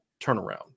turnaround